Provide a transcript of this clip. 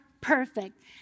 perfect